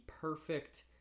perfect